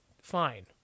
fine